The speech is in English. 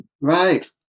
Right